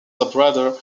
labrador